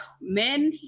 men